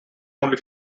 only